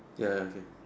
ya ya okay